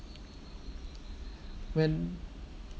when